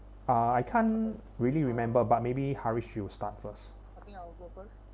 uh I can't really remember but maybe haresh you will start first